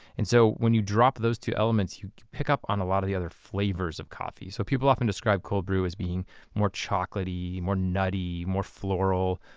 and so when you drop those two elements, you pick up on a lot of the other flavors of coffee. so people often describe cold brew as being more chocolatey, more nutty, more floral.